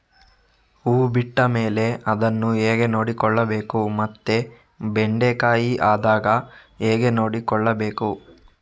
ಹೂ ಬಿಟ್ಟ ಮೇಲೆ ಅದನ್ನು ಹೇಗೆ ನೋಡಿಕೊಳ್ಳಬೇಕು ಮತ್ತೆ ಬೆಂಡೆ ಕಾಯಿ ಆದಾಗ ಹೇಗೆ ನೋಡಿಕೊಳ್ಳಬೇಕು?